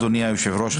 אדוני היושב-ראש,